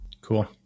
Cool